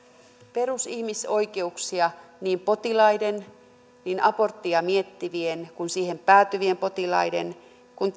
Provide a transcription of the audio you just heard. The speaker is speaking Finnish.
perusihmisoikeuksia niin potilaiden niin aborttia miettivien kuin siihen päätyvien potilaiden kuin